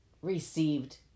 received